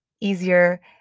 easier